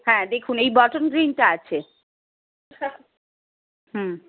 হ্যাঁ দেখুন এই বটল ডিনটা আছে হুম